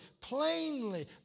plainly